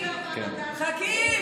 חכי,